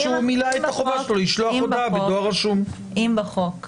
אנחנו כמובן נחזור לשם אבל יש הפניה